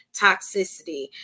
toxicity